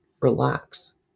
relax